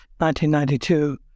1992